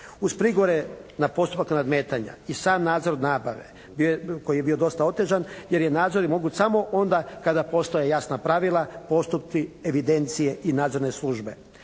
Uz prigovore na postupak nadmetanja i sam nadzor nabave koji je bio dosta otežan jer je nadzor i moguć samo onda kada postoje jasna pravila, postupci, evidencije i nadzorne službe.